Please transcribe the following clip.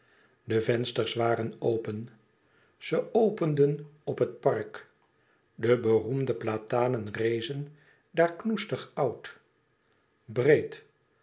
de vensters waren open ze openden op het park de beroemde e ids aargang platanen rezen daar knoestig oud breed